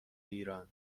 ایران